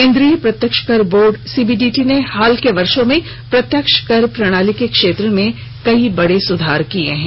केंद्रीय प्रत्येक्ष कर बोर्ड सीबीडीटी ने हाल के वर्षो में प्रत्यक्ष कर प्रणाली के क्षेत्र में कई बड़े सुधार किए हैं